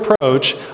approach